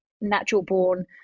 natural-born